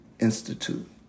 Institute